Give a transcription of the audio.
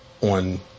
on